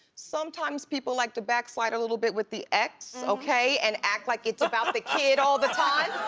sometimes people like to backslide a little bit with the ex, okay? and act like it's about the kid all the time,